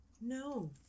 No